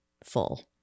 full